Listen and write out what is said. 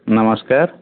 ନମସ୍କାର